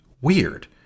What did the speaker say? weird